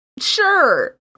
Sure